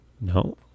No